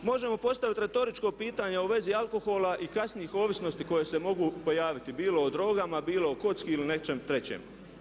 Možemo postaviti retoričko pitanje u vezi alkohola i kasnijih ovisnosti koje se mogu pojaviti bilo o drogama, bilo o kocki ili o nečem trećem.